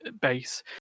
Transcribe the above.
Base